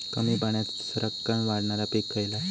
कमी पाण्यात सरक्कन वाढणारा पीक खयला?